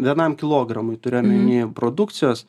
vienam kilogramui turiu omeny produkcijos